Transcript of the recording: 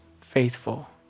faithful